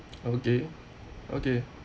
okay okay